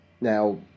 Now